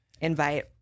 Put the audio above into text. invite